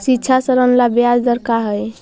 शिक्षा ऋण ला ब्याज दर का हई?